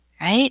right